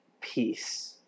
peace